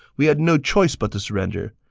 we had no choice but to surrender.